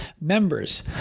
members